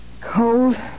Cold